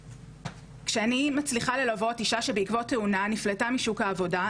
כשאני מצליחה ללוות אישה שבעקבות תאונה נפלטה משוק העבודה,